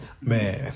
Man